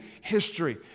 history